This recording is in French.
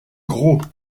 gros